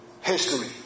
history